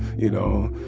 you know,